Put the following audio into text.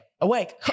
awake